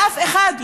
אף אחד,